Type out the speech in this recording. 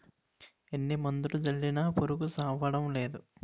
ఎన్ని మందులు జల్లినా పురుగు సవ్వడంనేదు